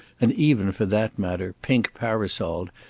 and even, for that matter, pink parasol'd,